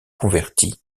convertis